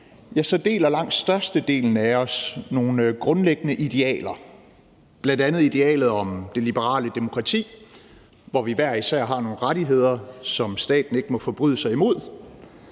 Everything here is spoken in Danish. deler langt størstedelen af os nogle grundlæggende idealer. Det drejer sig bl.a. om idealet om det liberale demokrati, hvor vi hver især har nogle rettigheder, som staten ikke må forbryde sig imod;